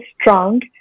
strong